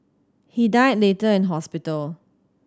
he died later in hospital